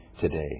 today